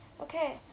Okay